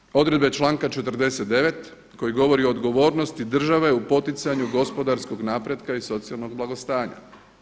Slijedi odredbe članka 49. koji govori o odgovornosti države u poticanju gospodarskog napretka i socijalnog blagostanja.